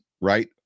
right